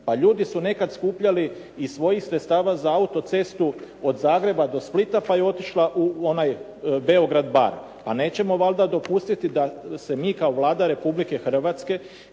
Pa ljudi su nekada skupljali iz svojih sredstava za autocestu od Zagreba do Splita, pa je otišla u onaj Beograd-Bar. Pa nećemo valjda dopustiti da se mi kao Vlada Republike Hrvatske,